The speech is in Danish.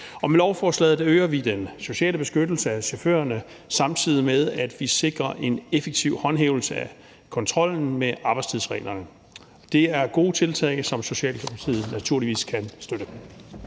med lovforslaget øger vi den sociale beskyttelse af chaufførerne, samtidig med at vi sikrer en effektiv håndhævelse af kontrollen med arbejdstidsreglerne. Det er gode tiltag, som Socialdemokratiet naturligvis kan støtte.